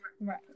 right